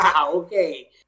okay